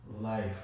Life